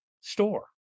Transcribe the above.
store